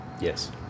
Yes